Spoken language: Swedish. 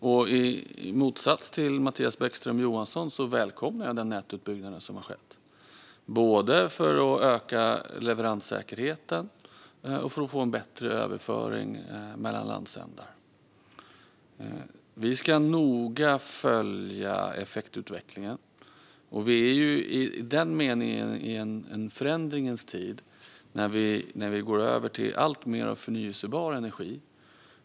I motsats till Mattias Bäckström Johansson välkomnar jag den nätutbyggnad som har skett, både för att öka leveranssäkerheten och för att få en bättre överföring mellan landsändar. Vi ska noga följa effektutvecklingen, och vi är ju i den meningen i en förändringens tid när vi går över till alltmer förnybar energi.